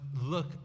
look